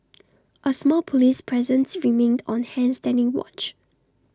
A small Police presence remained on hand standing watch